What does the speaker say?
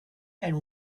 and